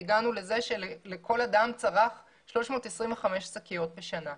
והגענו לזה שכל אדם צרך 325 שקיות בשנה.